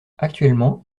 actuellement